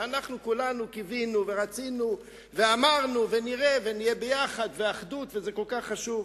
כולנו קיווינו ורצינו ואמרנו ונראה ונהיה יחד ואחדות וזה כל כך חשוב.